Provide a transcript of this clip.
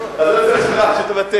אז אני רוצה לשכנע שתוותר.